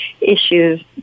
issues